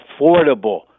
affordable